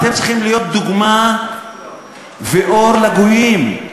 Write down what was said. אתם צריכים להיות דוגמה ואור לגויים.